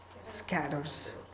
scatters